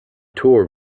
tour